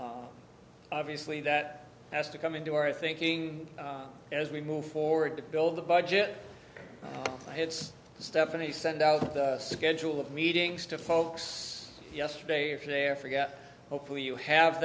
d obviously that has to come into our thinking as we move forward to build the budget hits stephanie send out the schedule of meetings to folks yesterday if there forget hopefully you have